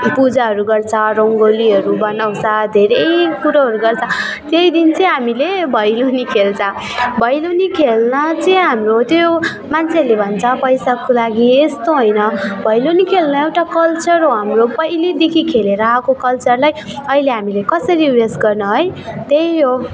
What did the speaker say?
पूजाहरू गर्छ रङ्गोलीहरू बनाउँछ धेरै कुरोहरू गर्छ त्यही दिन चाहिँ हामीले भैलोनी खेल्छ भैलोनी खेल्न चाहिँ हाम्रो त्यो मान्छेहरूले भन्छ पैसाको लागि यस्तो होइन भैलोनी खेल्न एउटा कल्चर हो हाम्रो पहिलेदिखि खेलेर आएको कल्चरलाई अहिले हामीले कसरी ऊ यसो गर्नु है त्यही हो